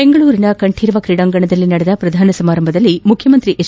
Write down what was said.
ಬೆಂಗಳೂರಿನ ಕಂಠೀರವ ಕ್ರೀಡಾಂಗಣದಲ್ಲಿ ನಡೆದ ಪ್ರಧಾನ ಸಮಾರಂಭದಲ್ಲಿ ಮುಖ್ಯಮಂತ್ರಿ ಎಚ್